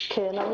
כן.